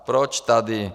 Proč tady...?